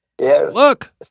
look